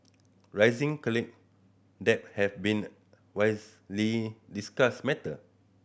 rising college debt have been widely discussed matter